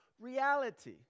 reality